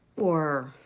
or.